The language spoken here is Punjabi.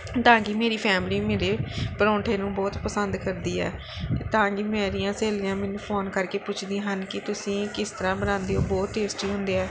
ਤਾਂ ਕਿ ਮੇਰੀ ਫੈਮਲੀ ਮੇਰੇ ਪਰੌਂਠੇ ਨੂੰ ਬਹੁਤ ਪਸੰਦ ਕਰਦੀ ਹੈ ਤਾਂ ਕਿ ਮੇਰੀਆਂ ਸਹੇਲੀਆਂ ਮੈਨੂੰ ਫੋਨ ਕਰਕੇ ਪੁੱਛਦੀਆਂ ਹਨ ਕਿ ਤੁਸੀਂ ਕਿਸ ਤਰ੍ਹਾਂ ਬਣਾਉਂਦੇ ਹੋ ਬਹੁਤ ਟੇਸਟੀ ਹੁੰਦੇ ਹੈ